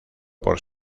por